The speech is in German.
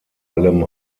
allem